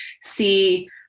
see